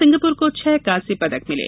Singapore को छह कांस्य पदक मिले